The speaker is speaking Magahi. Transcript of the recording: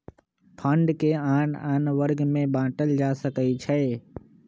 फण्ड के आन आन वर्ग में बाटल जा सकइ छै